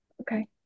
okay